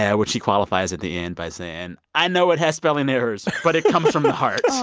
yeah which he qualifies at the end by saying, i know it has spelling errors, but it comes from the heart.